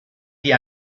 die